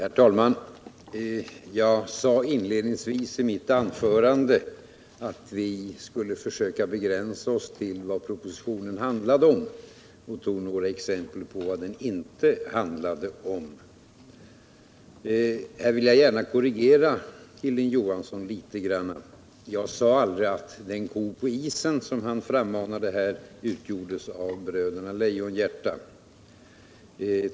Herr talman! Jag sade inledningsvis i mitt anförande att vi skulle försöka begränsa oss till vad propositionen handlar om och tog några exempel på vad den inte handlar om. Nu vill jag gärna korrigera Hilding Johansson litet. Jag sade aldrig att den ko på isen som han frammanade utgjordes av Bröderna Lejonhjärta.